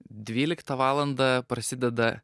dvyliktą valandą prasideda